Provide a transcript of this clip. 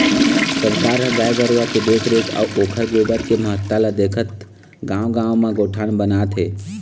सरकार ह गाय गरुवा के देखरेख अउ ओखर गोबर के महत्ता ल देखत गाँव गाँव म गोठान बनात हे